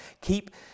Keep